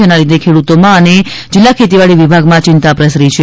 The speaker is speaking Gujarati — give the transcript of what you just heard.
જેના લીધે ખેડૂતોમાં અને જિલ્લા ખેતીવાડી વિભાગમાં ચિંતા પ્રસરી છે